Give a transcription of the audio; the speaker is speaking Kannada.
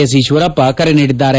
ಎಸ್ ಈಶ್ವರಪ್ಪ ಕರೆ ನೀಡಿದ್ದಾರೆ